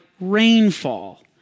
rainfall